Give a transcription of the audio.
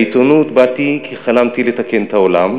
לעיתונות באתי כי חלמתי לתקן את העולם,